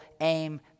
aim